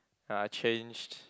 uh changed